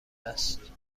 است